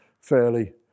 fairly